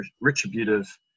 retributive